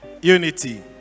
Unity